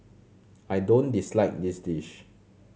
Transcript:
I don't dislike this dish